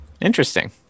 Interesting